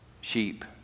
sheep